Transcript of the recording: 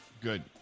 Good